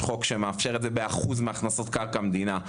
יש חוק שמאפשר את זה באחוז מהכנסות קרקע המדינה.